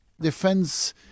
Defense